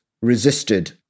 resisted